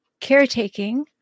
caretaking